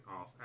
off